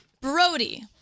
Brody